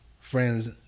friends